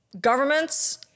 governments